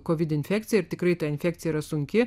covid infekcija ir tikrai ta infekcija yra sunki